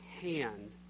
hand